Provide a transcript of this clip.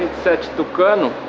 the goal